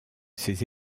ses